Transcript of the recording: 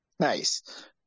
Nice